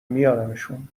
میارمشون